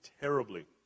terribly